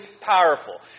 powerful